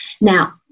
Now